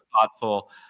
thoughtful